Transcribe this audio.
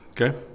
Okay